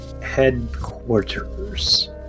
Headquarters